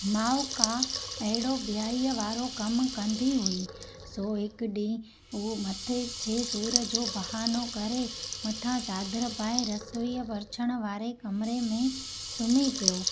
माउ काई अहिड़ो ॿियाई वारो कम कंदी हुई सो हिकु ॾींहुं हू मथे जे सूर जो बहानो करे मथां चादरु पाए रसोईअ बरछण वारे कमरे में सुम्ही पियो